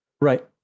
right